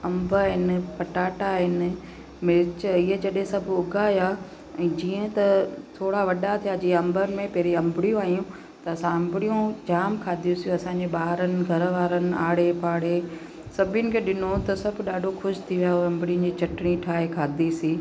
अंब आहिनि पटाटा आहिनि मिर्चु ईअं जॾहिं सभु उगाया ऐं जीअं त थोरा वॾा थिया जीअं अंबनि में पहिरीं अंबड़ियूं आहियूं त असां अंबड़ियूं जाम खाधियुसीं असांजे ॿारनि घर वारनि आड़े पाड़े सभिनि खे ॾिनो त सभु ॾाढो ख़ुशि थी वियो अंबड़ी जी चटिणी ठाहे खाधिसीं